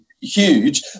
huge